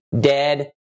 dead